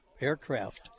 aircraft